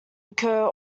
occur